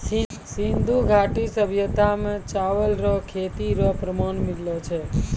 सिन्धु घाटी सभ्यता मे चावल रो खेती रो प्रमाण मिललो छै